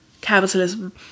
capitalism